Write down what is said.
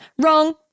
Wrong